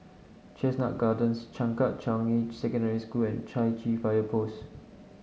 Chestnut Gardens Changkat Changi Secondary School and Chai Chee Fire Post